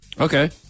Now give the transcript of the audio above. Okay